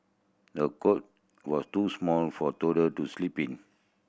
the cot was too small for toddler to sleep in